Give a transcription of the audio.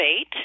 eight